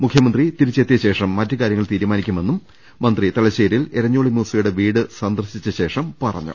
മുഖ്യമന്ത്രി തിരിച്ചെത്തിയ ശേഷം മറ്റു കാര്യങ്ങൾ തീരുമാനിക്കുമെന്നും മന്ത്രി തലശ്ശേരിയിൽ എരഞ്ഞോളി മൂസയുടെ വീട് സന്ദർശിച്ച ശേഷം പറഞ്ഞു